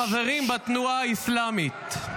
החברים בתנועה האסלאמית.